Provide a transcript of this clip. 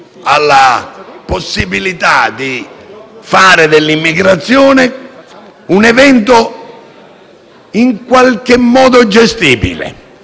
alla possibilità di fare dell'immigrazione un evento in qualche modo gestibile.